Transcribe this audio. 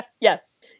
Yes